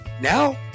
Now